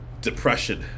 Depression